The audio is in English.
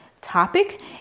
topic